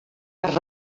per